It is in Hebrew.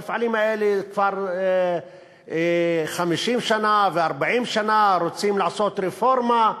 המפעלים האלה קיימים כבר 50 שנה ו-40 שנה ורוצים לעשות רפורמה,